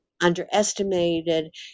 underestimated